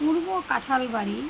পূর্বকাঁঠাল বাড়ি